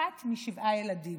אחת משבעה ילדים.